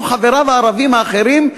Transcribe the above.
כמו חבריו הערבים האחרים,